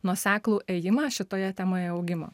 nuoseklų ėjimą šitoje temoje augimo